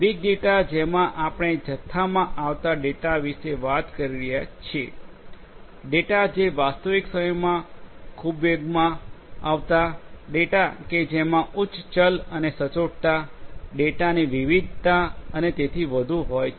big data જેમા આપણે જથ્થામાં આવતા ડેટા વિશે વાત કરીએ છીએ ડેટા જે વાસ્તવિક સમયમાં ખુબ વેગમાં આવતા ડેટા કે જેમાં ઉચ્ચ ચલ અને સચોટતા ડેટાની વિવિધતા અને તેથી વધુ હોય છે